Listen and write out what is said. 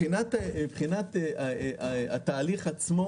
בתהליך עצמו